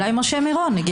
אולי משה מירון.